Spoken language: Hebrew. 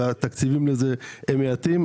והתקציבים לזה הם מעטים.